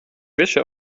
wäsche